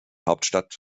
hauptstadt